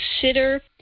consider